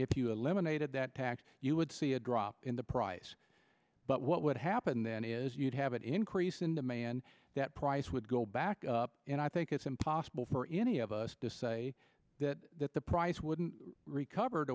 if you eliminated that tax you would see a drop in the price but what would happen then is you'd have an increase in the man that price would go back up and i think it's impossible for any of us to say that that the price wouldn't recover